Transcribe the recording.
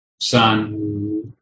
son